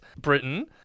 Britain